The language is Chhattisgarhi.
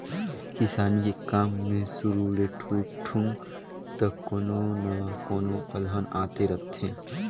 किसानी के काम मे सुरू ले ठुठुंग तक कोनो न कोनो अलहन आते रथें